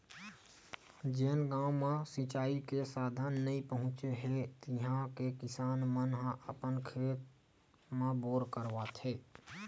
जेन गाँव म सिचई के साधन नइ पहुचे हे तिहा के किसान मन ह अपन खेत म बोर करवाथे